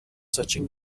searching